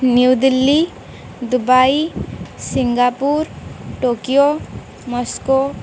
New Delhi Dubai Singapore Tokyo Moscow